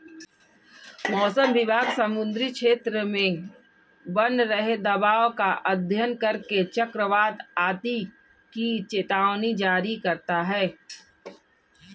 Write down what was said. मौसम विभाग समुद्री क्षेत्र में बन रहे दबाव का अध्ययन करके चक्रवात आदि की चेतावनी जारी करता है